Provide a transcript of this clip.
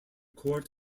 court